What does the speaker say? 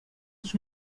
dos